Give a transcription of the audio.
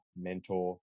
mentor